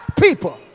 people